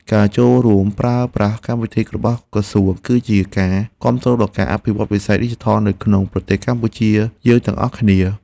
ការចូលរួមប្រើប្រាស់កម្មវិធីរបស់ក្រសួង គឺជាការគាំទ្រដល់ការអភិវឌ្ឍន៍វិស័យឌីជីថលនៅក្នុងប្រទេសកម្ពុជាយើងទាំងអស់គ្នា។